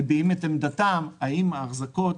מביעים את עמדתם האם ההחזקות